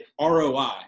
ROI